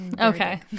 Okay